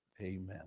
amen